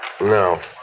No